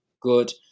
good